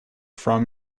from